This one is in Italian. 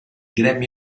grammy